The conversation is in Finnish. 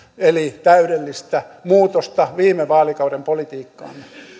eli täydellistä muutosta viime vaalikauden politiikkaan